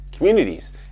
communities